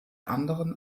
anderen